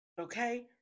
Okay